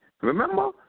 Remember